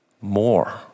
more